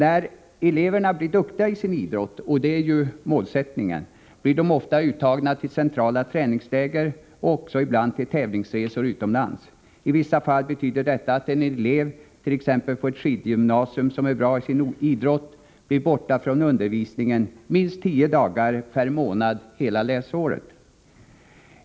Då eleverna blir duktiga i sin idrott — och det är ju målsättningen — blir de ofta uttagna till centrala träningsläger och också ibland till tävlingsresor utomlands. I vissa fall betyder detta att en elev på t.ex. ett skidgymnasium som är bra i sin idrott blir borta från undervisningen minst tio dagar per månad hela läsåret.